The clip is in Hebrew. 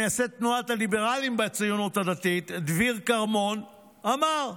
מייסד תנועת הליברלים בציונות הדתית דביר כרמון אמר: